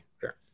Sure